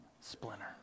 splinter